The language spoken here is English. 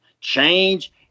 change